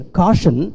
caution